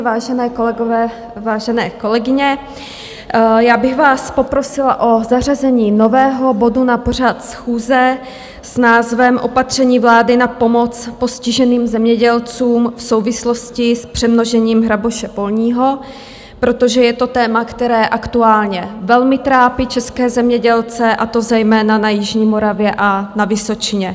Vážení kolegové, vážené kolegyně, já bych vás poprosila o zařazení nového bodu na pořad schůze s názvem Opatření vlády na pomoc postiženým zemědělcům v souvislosti s přemnožením hraboše polního, protože je to téma, které aktuálně velmi trápí české zemědělce, a to zejména na jižní Moravě a na Vysočině.